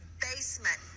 basement